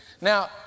Now